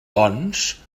doncs